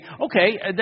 Okay